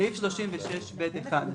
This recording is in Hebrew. סעיף 36(ב1)